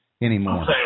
anymore